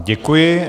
Děkuji.